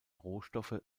rohstoffe